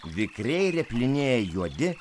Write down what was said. vikriai rėplinėja juodi